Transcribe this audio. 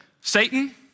Satan